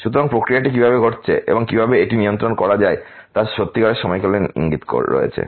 সুতরাং প্রক্রিয়াটি কীভাবে ঘটছে এবং কীভাবে এটি নিয়ন্ত্রণ করা যায় তার সত্যিকারের সময়কালীন ইঙ্গিত রয়েছে